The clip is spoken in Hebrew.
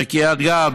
בקריית גת,